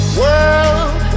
world